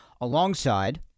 alongside